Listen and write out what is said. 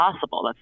possible